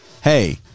hey